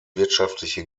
wirtschaftliche